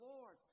Lord